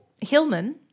Hillman